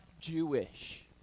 Jewish